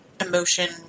emotion